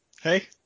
Hey